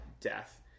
death